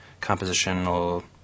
compositional